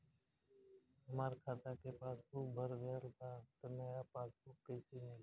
हमार खाता के पासबूक भर गएल बा त नया पासबूक कइसे मिली?